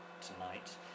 tonight